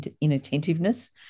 inattentiveness